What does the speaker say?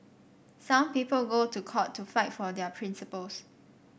some people go to court to fight for their principles